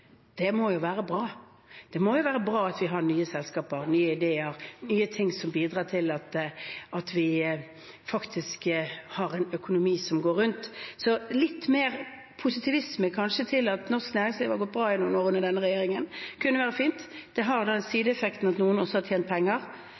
Det må jo være bra. Det må jo være bra at vi har nye selskaper, nye ideer, nye ting som bidrar til at vi faktisk har en økonomi som går rundt. Så litt mer positivisme, kanskje, til at norsk næringsliv har gått bra gjennom årene med denne regjeringen, kunne være fint. Det har den